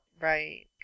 Right